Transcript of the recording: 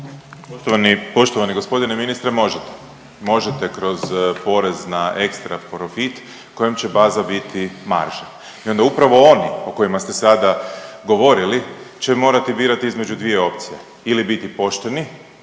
Poštovani g. ministre možete, možete kroz porez na ekstra profit kojem će baza biti marža i onda upravo oni o kojima ste sada govorili će morati birati između dvije opcije ili biti pošteni